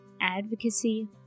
advocacy